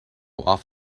off